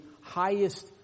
highest